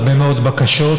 הרבה מאוד בקשות,